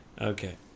Okay